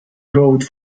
rode